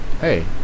Hey